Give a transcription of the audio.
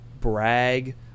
brag